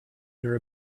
near